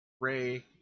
Ray